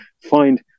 find